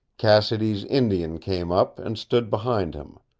cassidy's indian came up and stood behind him,